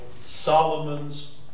Solomon's